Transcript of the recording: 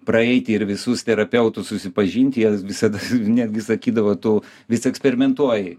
praeiti ir visus terapeutus susipažinti jie visada netgi sakydavo tu vis eksperimentuoji